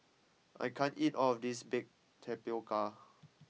I can't eat all of this Baked Tapioca